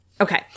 okay